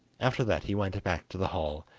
after that he went back to the hall,